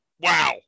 wow